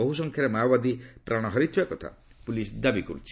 ବହୁ ସଂଖ୍ୟାରେ ମାଓବାଦୀ ପ୍ରାଣ ହରାଇଥିବା କଥା ପୁଲିସ୍ ଦାବି କର୍ ଛି